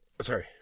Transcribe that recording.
Sorry